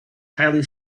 highly